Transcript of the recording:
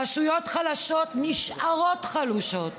רשויות חלשות נשארות חלשות,